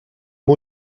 mot